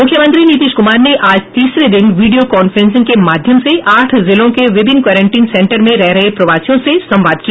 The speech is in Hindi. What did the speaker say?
मुख्यमंत्री नीतीश कुमार ने आज तीसरे दिन वीडियो कांफ्रेंसिंग के माध्मय से आठ जिलों के विभिन्न क्वारंटाइन सेंटर में रह रहे प्रवासियों से संवाद किया